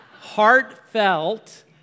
heartfelt